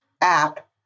app